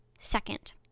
second